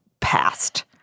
passed